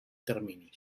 termini